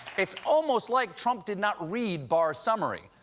it's almost like trump didn't ah read barr's summary.